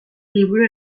liburu